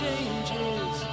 changes